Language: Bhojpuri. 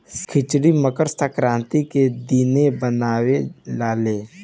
खिचड़ी मकर संक्रान्ति के दिने बनावे लालो